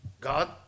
God